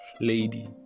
lady